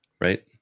Right